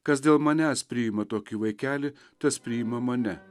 kad dėl manęs priima tokį vaikelį tas priima mane